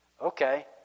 okay